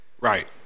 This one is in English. Right